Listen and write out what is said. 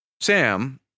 Sam